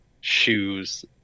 shoes